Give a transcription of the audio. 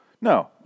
No